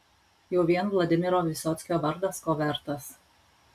jau vien vladimiro vysockio vardas ko vertas